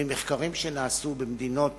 ממחקרים שנעשו במדינות